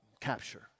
capture